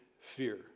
fear